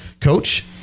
Coach